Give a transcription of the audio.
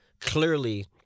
clearly